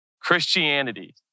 Christianity